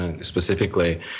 specifically